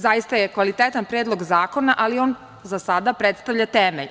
Zaista je kvalitetan predlog zakona, ali on za sada predstavlja temelj.